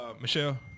Michelle